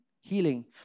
healing